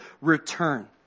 return